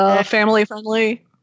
family-friendly